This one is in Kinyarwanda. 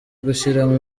gushyiramo